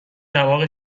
دماغ